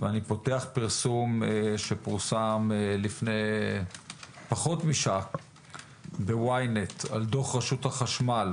ואני פותח פרסום שפורסם לפני פחות משעה ב-YNET על דוח רשות החשמל